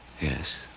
Yes